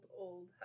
Old